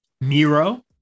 Miro